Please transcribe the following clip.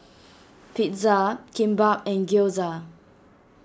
Pizza Kimbap and Gyoza